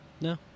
No